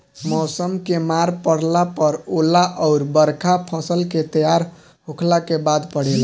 मौसम के मार पड़ला पर ओला अउर बरखा फसल के तैयार होखला के बाद पड़ेला